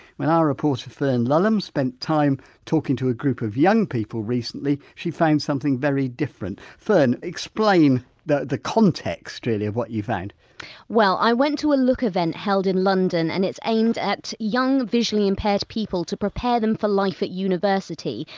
when our reporter, fern lulham, spent time talking to a group of young people recently she found something very different fern, explain the the context really of what you found well i went to a look event held in london and it's aimed at young visually impaired people to prepare them for life at university.